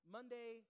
Monday